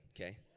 okay